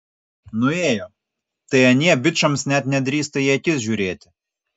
nuėjo tai anie bičams net nedrįsta į akis žiūrėti